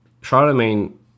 Charlemagne